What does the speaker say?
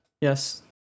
Yes